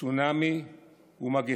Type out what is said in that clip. צונאמי ומגפה.